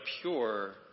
pure